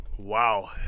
Wow